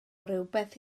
rywbeth